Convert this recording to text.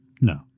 No